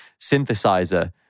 synthesizer